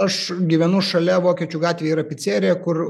aš gyvenu šalia vokiečių gatvėj yra picerija kur